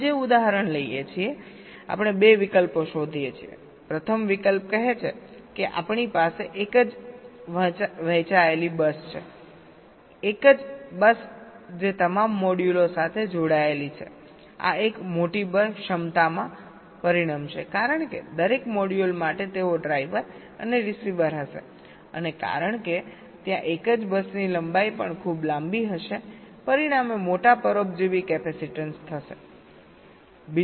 આપણે જે ઉદાહરણ લઈએ છીએ આપણે 2 વિકલ્પો શોધીએ છીએપ્રથમ વિકલ્પ કહે છે કે આપણીપાસે એક જ વહેંચાયેલી બસ છે એક જ બસ જે તમામ મોડ્યુલો સાથે જોડાયેલી છેઆ એક મોટી બસ ક્ષમતામાં પરિણમશે કારણ કે દરેક મોડ્યુલ માટે તેઓ ડ્રાઈવર અને રીસીવર હશે અને કારણ કે ત્યાં એક જ બસની લંબાઈ પણ ખૂબ લાંબી હશે પરિણામે મોટા પરોપજીવી કેપેસીટન્સ થશે